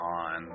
on